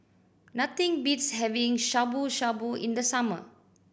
nothing beats having Shabu Shabu in the summer